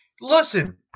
Listen